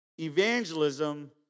evangelism